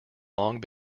long